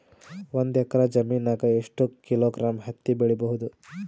ಒಂದ್ ಎಕ್ಕರ ಜಮೀನಗ ಎಷ್ಟು ಕಿಲೋಗ್ರಾಂ ಹತ್ತಿ ಬೆಳಿ ಬಹುದು?